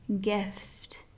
gift